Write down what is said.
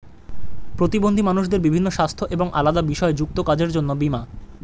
প্রতিবন্ধী মানুষদের বিভিন্ন সাস্থ্য এবং আলাদা বিষয় যুক্ত কাজের জন্য বীমা